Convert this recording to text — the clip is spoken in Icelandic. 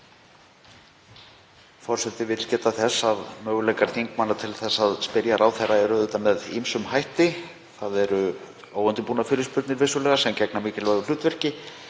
Forseti vill geta þess að möguleikar þingmanna til að spyrja ráðherra eru auðvitað með ýmsum hætti. Það eru óundirbúnar fyrirspurnir, sem gegna vissulega mikilvægu hlutverki.